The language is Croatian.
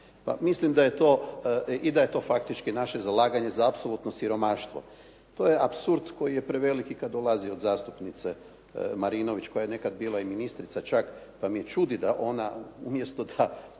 bi imao to pravo. I da je to faktički naše zalaganje za apsolutno siromaštvo. To je apsurd koji je prevelik i kad dolazi od zastupnice Marinović koja je nekad bila i ministrica čak pa me čudi da ona umjesto da